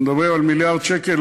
אנחנו מדברים על מיליארד שקל.